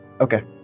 Okay